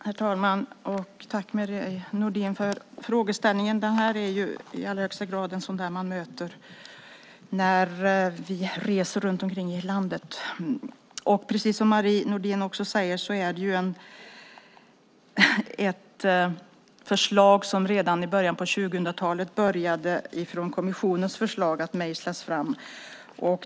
Herr talman! Jag får tacka Marie Nordén för hennes fråga - en frågeställning som vi i allra högsta grad möter när vi reser ute i landet. Precis som Marie Nordén var inne på handlar det om ett förslag som utifrån kommissionens förslag redan i början av 2000-talet började mejslas fram.